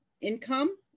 income